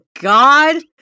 god